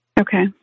Okay